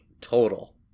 total